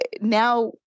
now